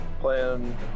playing